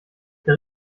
der